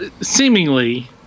seemingly